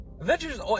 Avengers